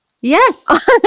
Yes